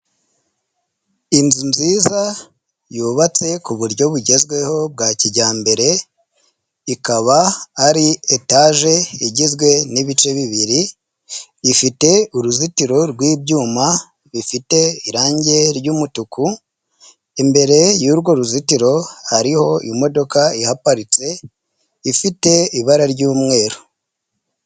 Inzu nziza yubatse ku buryo bugezweho bwa kijyambere, ikaba ari etaje igizwe n'ibice bibiri, ifite uruzitiro rw'ibyuma bifite irangi ry'umutuku, imbere y'urwo ruzitiro hariho imodoka ihaparitse ifite ibara ry'umweru.